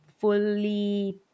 fully